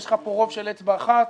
יש לך כאן רוב של אצבע אחת.